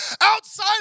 Outside